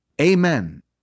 Amen